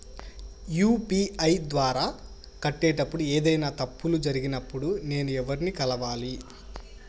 UPI ద్వారా కట్టేటప్పుడు ఏదైనా తప్పులు జరిగినప్పుడు నేను ఎవర్ని కలవాలి?